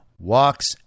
walks